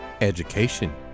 Education